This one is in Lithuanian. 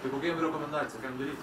tai kokia jiem rekomendacija ką jiem daryt